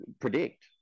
predict